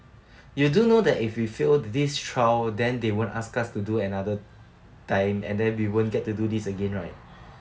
you do know that if we failed this trial then they won't ask us to do another time and then we won't get to do this again right